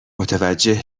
متوجه